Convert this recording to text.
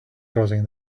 causing